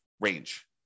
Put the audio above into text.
range